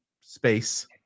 space